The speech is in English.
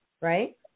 right